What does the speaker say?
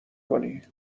کنی